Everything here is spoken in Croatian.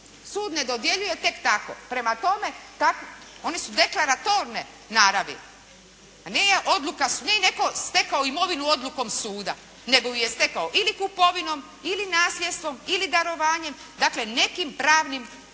Sud ne dodjeljuje tek tako. Prema tome, oni su deklaratorne naravi a nije netko stekao imovinu odlukom suda nego ju je stekao ili kupovinom, ili nasljedstvom, ili darovanjem, dakle nekim pravnim